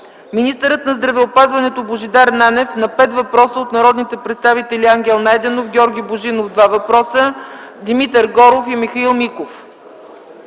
министърът на здравеопазването Божидар Нанев – на пет въпроса от народните представители Ангел Найденов, Георги Божинов – 2 въпроса, Димитър Горов и Михаил Миков;